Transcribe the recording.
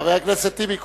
חבר הכנסת טיבי,